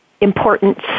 importance